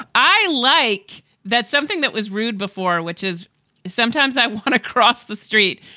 i like that something that was rude before, which is sometimes i want to cross the street,